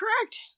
correct